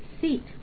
seat